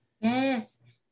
Yes